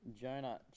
Jonah